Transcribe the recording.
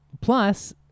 plus